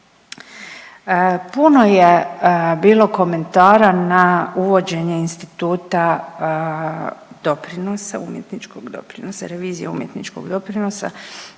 Puno je bilo komentara na uvođenje instituta doprinosa, umjetničkog doprinosa,